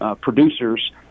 producers